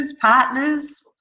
partners